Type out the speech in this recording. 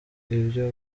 ibyo